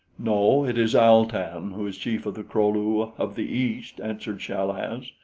no, it is al-tan who is chief of the kro-lu of the east, answered chal-az.